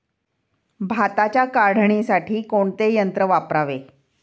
भाताच्या काढणीसाठी कोणते यंत्र वापरावे?